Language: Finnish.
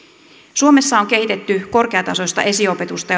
suomessa on kehitetty korkeatasoista esiopetusta